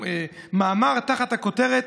המאמר הוא תחת הכותרת: